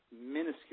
minuscule